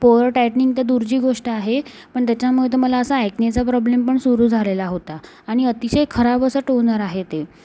pour tightening तर दूरची गोष्ट आहे पण त्याच्यामुळे तो मला असा ॲक्नेचा प्रॉब्लेमपण सुरू झालेला होता आणि अतिशय खराब असं टोनर आहे ते